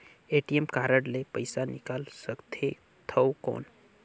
ATM card ले पइसा निकाल सकथे थव कौन?